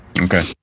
Okay